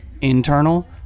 internal